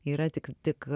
yra tik tik